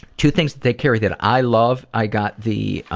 two things they carry that i love, i got the